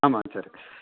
आम् आचार्य